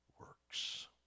works